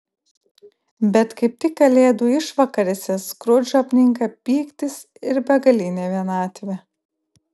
bet kaip tik kalėdų išvakarėse skrudžą apninka pyktis ir begalinė vienatvė